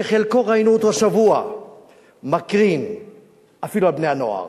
שחלקו ראינו אותו השבוע מקרין אפילו על בני-הנוער.